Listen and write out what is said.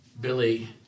Billy